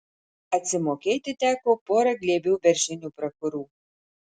atsimokėti teko pora glėbių beržinių prakurų